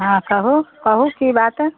हँ कहू कहू की बात